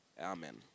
Amen